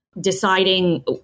deciding